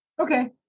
Okay